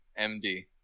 MD